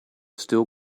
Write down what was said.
still